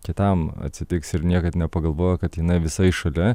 kitam atsitiks ir niekad nepagalvoja kad jinai visai šalia